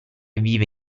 vive